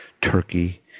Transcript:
Turkey